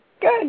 Good